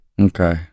Okay